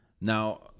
Now